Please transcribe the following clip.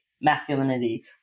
masculinity